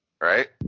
Right